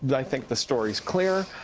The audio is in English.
but i think the story's clear.